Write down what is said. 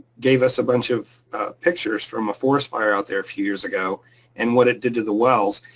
gave us a bunch of pictures from a forest fire out there a few years ago and what it did to the wells.